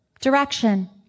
direction